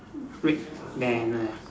red banner ah